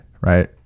right